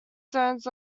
zones